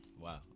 wow